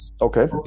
Okay